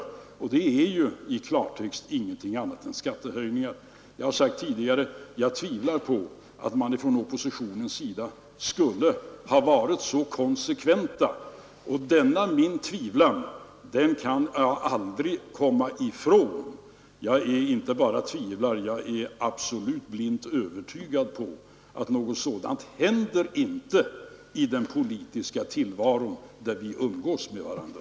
Och det är ju i klartext ingenting annat än skattehöjningar. Jag har sagt tidigare att jag tvivlar på att man från oppositionens sida skulle ha varit så konsekvent, och detta mitt tvivel kan jag aldrig komma ifrån. Ja, jag inte bara tvivlar — jag är absolut blint övertygad om att något sådant händer inte i den politiska tillvaro där vi umgås med varandra.